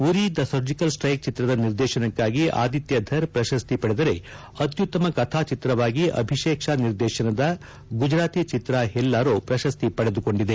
ಉರಿ the surgical strike ಚಿತ್ರದ ನಿರ್ದೇಶನಕ್ಕಾಗಿ ಆದಿತ್ವಥರ್ ಪ್ರಶಸ್ತಿ ಪಡೆದರೆ ಅತ್ಯುತ್ತಮ ಕಥಾ ಚಿತ್ರವಾಗಿ ಅಭಿಹೇಕ್ ಷಾ ನಿರ್ದೇಶನದ ಗುಜರಾತಿ ಚಿತ್ರ ಹೆಲ್ಲಾರೊ ಪ್ರಶಸ್ತಿ ಪಡೆದುಕೊಂಡಿದೆ